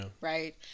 right